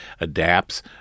adapts